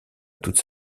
toute